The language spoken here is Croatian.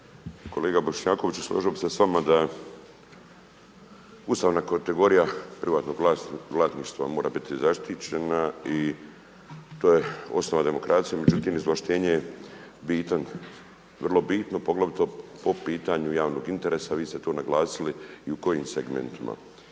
Kolega Bošnjakoviću složio bih se sa vama da ustavna kategorija privatnog vlasništva mora biti zaštićena i to je osnova demokracije. Međutim, izvlaštenje je bitno, poglavito po pitanju javnog interesa. Vi ste to naglasili i u kojim segmentima.